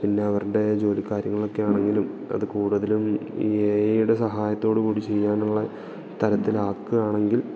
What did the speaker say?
പിന്നെ അവരുടെ ജോലി കാര്യങ്ങളിൽ ഒക്കെ ആണെങ്കിലും അത് കൂടുതലും ഈ എ ഐടെ സഹായത്തോട് കൂടി ചെയ്യാനുള്ള തരത്തിൽ ആക്കുക ആണെങ്കിൽ